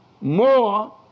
more